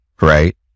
right